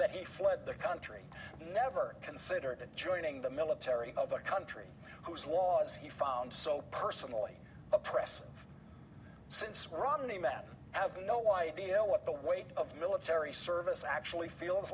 that he fled the country he never considered joining the military of a country whose laws he found so personally oppressor since romney met i have no idea what the weight of military service actually feels